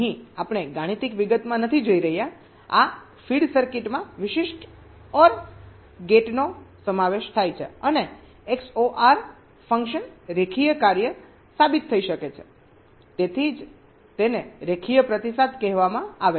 અહીં આપણે ગાણિતિક વિગતમાં નથી જઈ રહ્યા આ ફીડ સર્કિટમાં વિશિષ્ટ OR ગેટનો સમાવેશ થાય છે અને XOR ફંક્શનરેખીય કાર્ય સાબિત થઈ શકે છે તેથી જ તેને રેખીય પ્રતિસાદ કહેવામાં આવે છે